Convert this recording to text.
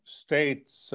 states